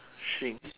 shrink